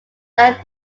that